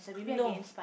no